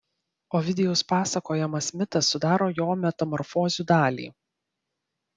ovidijaus pasakojamas mitas sudaro jo metamorfozių dalį